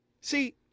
See